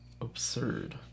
Absurd